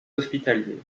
hospitalier